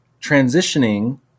transitioning